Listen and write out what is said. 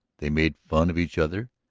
they made fun of each other,